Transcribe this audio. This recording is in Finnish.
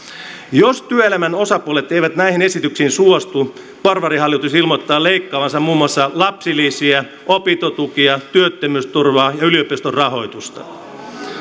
jos työelämän osapuolet eivät näihin esityksiin suostu porvarihallitus ilmoittaa leikkaavansa muun muassa lapsilisiä opintotukia työttömyysturvaa ja yliopiston rahoitusta